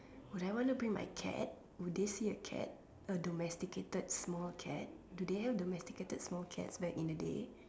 would I want to bring my cat would they see a cat a domesticated small cat do they have domesticated small cats back in the day